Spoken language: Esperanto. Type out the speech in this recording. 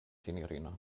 sinjorino